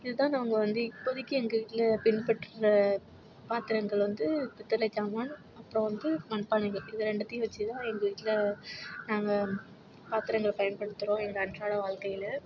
இது தான் நாங்கள் வந்து இப்போதைக்கி எங்க வீட்டில் பின்பற்றுற பாத்திரங்கள் வந்து பித்தளை ஜாமானும் அப்புறம் வந்து மண் பானைகள் இதை ரெண்டுத்தையும் வச்சு தான் எங்கள் வீட்டில் நாங்கள் பாத்திரங்கள பயன்படுத்துறோம் எங்கள் அன்றாட வாழ்க்கையில்